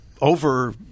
over